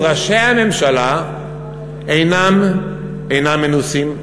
ראשי הממשלה אינם מנוסים.